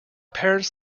parents